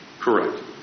Correct